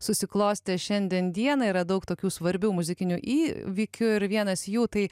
susiklostė šiandien dieną yra daug tokių svarbių muzikinių įvykių ir vienas jų tai